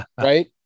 right